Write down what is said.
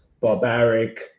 barbaric